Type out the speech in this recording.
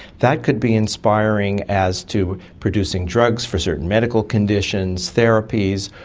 that could be inspiring as to producing drugs for certain medical conditions, therapies,